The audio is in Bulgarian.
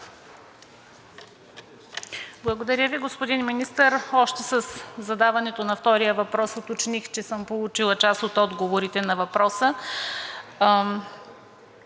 Благодаря Ви. Господин Министър, още със задаването на втория въпрос уточних, че съм получила част от отговорите на въпроса.